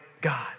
God